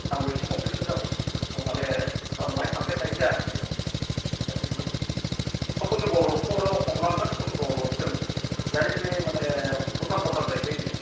आंबो एसे कनफिउसन जाबाय औ माने आं बाहाय थांफेरनायबो जायाखै नालाय दासिमबो कसुगाव रडखौनो हमनांगोन कसुगाव रडजों डाइरेक्टलि माने भुटान बरदार जाहैबाय जे